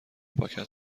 پاکت